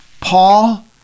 Paul